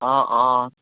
অঁ অঁ